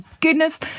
goodness